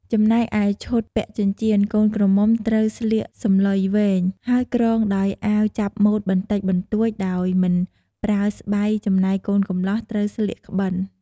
ចំណែកឯឈុតពាក់ចិញ្ចៀនកូនក្រមុំត្រូវស្លៀកសំឡុយវែង ហើយគ្រងដោយអាវចាប់ម៉ូតបន្តិចបន្តួចដោយមិនប្រើស្បៃ ចំណែកកូនកំលោះត្រូវស្លៀកក្បិន។